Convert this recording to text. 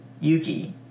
Yuki